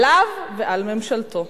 עליו ועל ממשלתו.